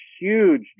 huge